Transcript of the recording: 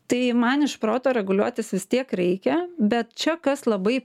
tai man iš proto reguliuotis vis tiek reikia bet čia kas labai